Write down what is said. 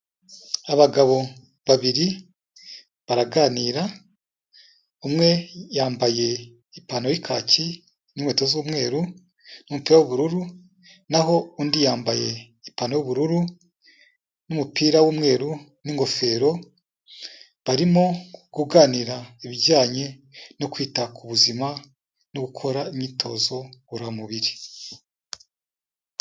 Abagabo babiri baraganira, umwe yambaye ipantaro y'ikaki, n'inkweto z'umweru n'umupira w'ubururu n'aho undi yambaye ipantaro y'ubururu n'umupira w'umweru n'ingofero, barimo kuganira ibijyanye no kwita ku buzima no gukora imyitozo ngororamubiri.